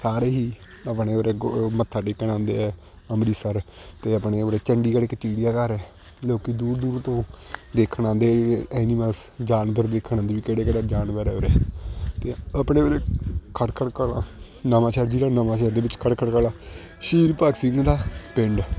ਸਾਰੇ ਹੀ ਆਪਣੇ ਉਰੇ ਗ ਮੱਥਾ ਟੇਕਣ ਆਉਂਦੇ ਹੈ ਅੰਮ੍ਰਿਤਸਰ ਅਤੇ ਆਪਣੇ ਉਰੇ ਚੰਡੀਗੜ੍ਹ ਇੱਕ ਚਿੜੀਆਘਰ ਹੈ ਲੋਕ ਦੂਰ ਦੂਰ ਤੋਂ ਦੇਖਣ ਆਉਂਦੇ ਐਨੀਮਲਸ ਜਾਨਵਰ ਦੇਖਣ ਆਉਂਦੇ ਵੀ ਕਿਹੜੇ ਕਿਹੜਾ ਜਾਨਵਰ ਹੈ ਉਰੇ ਅਤੇ ਆਪਣੇ ਉਰੇ ਖੜਕੜ ਕਲਾਂ ਨਵਾਂਸ਼ਹਿਰ ਜ਼ਿਲ੍ਹਾ ਨਵਾਂਸ਼ਹਿਰ ਦੇ ਵਿੱਚ ਖੜਕੜ ਕਲਾਂ ਸ਼ਹੀਦ ਭਗਤ ਸਿੰਘ ਦਾ ਪਿੰਡ